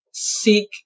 Seek